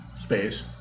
Space